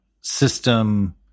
system